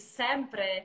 sempre